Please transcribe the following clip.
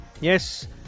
yes